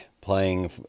playing